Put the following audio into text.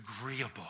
agreeable